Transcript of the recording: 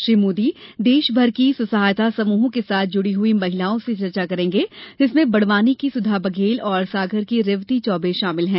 श्री मोदी देशभर की स्वसहायता समूहों के साथ जुड़ी हई महिलाओं से चर्चा करेंगे जिसमें बड़वानी की सुधा बघेल और सागर की रेवती चौर्बे शामिल हैं